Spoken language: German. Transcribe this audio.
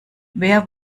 wer